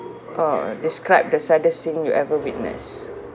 uh describe the saddest scene you ever witness